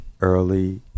early